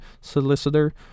Solicitor